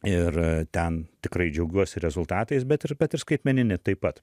ir ten tikrai džiaugiuosi rezultatais bet ir bet ir skaitmeninį taip pat